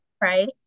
right